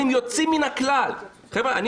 זה רק במקרים יוצאים מן הכלל.